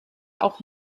auch